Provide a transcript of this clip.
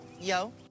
Yo